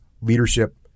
leadership